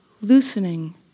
loosening